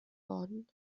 worden